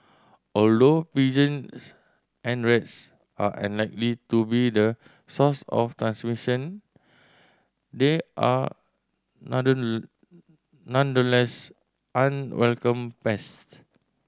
although pigeons and rats are unlikely to be the source of transmission they are nonetheless unwelcome pests